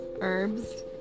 Herbs